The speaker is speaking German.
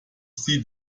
sie